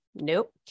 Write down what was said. Nope